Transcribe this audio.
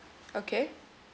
okay